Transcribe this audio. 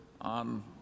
on